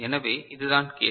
எனவே இதுதான் கேஸ்